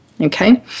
Okay